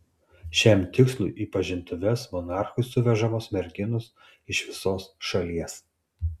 šiam tikslui į pažintuves monarchui suvežamos merginos iš visos šalies